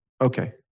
Okay